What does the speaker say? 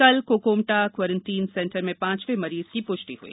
कल कोकोमटा quarantine centre में पांचवें मरीज की प्ष्टि हई